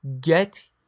Get